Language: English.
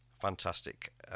Fantastic